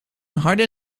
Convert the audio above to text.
harde